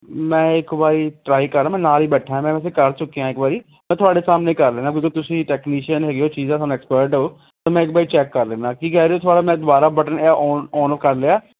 ਮੈਂ ਇੱਕ ਵਾਰੀ ਟਰਾਈ ਕਰ ਮੈਂ ਨਾਲ਼ ਹੀ ਬੈਠਾ ਆ ਵੈਸੇ ਮੈਂ ਕਰ ਚੁੱਕਿਆ ਇੱਕ ਵਾਰੀ ਅਤੇ ਤੁਹਾਡੇ ਸਾਹਮਣੇ ਕਰ ਲੈਨਾ ਕਿਉਂਕਿ ਤੁਸੀਂ ਟੈਕਨੀਸ਼ੀਅਨ ਹੈਗੇ ਹੋ ਚੀਜ਼ਾਂ ਦੇ ਤੁਹਾਨੂੰ ਐਕਸਪਰਟ ਓ ਤਾਂ ਮੈਂ ਇੱਕ ਵਾਰੀ ਚੈੱਕ ਕਰ ਲੈਨਾ ਕੀ ਕਹਿ ਰਹੇ ਹੋ ਥੋੜ੍ਹਾ ਮੈਂ ਦੁਬਾਰਾ ਬਟਨ ਓਨ ਓਨ ਕਰ ਲਿਆ